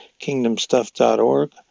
kingdomstuff.org